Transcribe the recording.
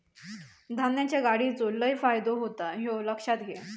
धान्याच्या गाडीचो लय फायदो होता ह्या लक्षात घे